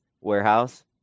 warehouse